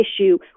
issue